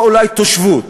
או אולי תושבות.